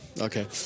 Okay